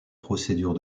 procédures